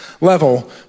level